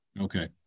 Okay